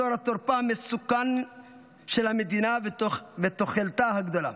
אזור התורפה המסוכן של המדינה ותוחלתה הגדולה.